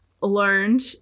learned